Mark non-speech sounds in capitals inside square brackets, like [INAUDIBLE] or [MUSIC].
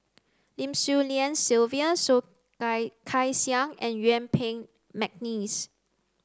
Lim Swee Lian Sylvia Soh [UNINTELLIGIBLE] Kay Siang and Yuen Peng McNeice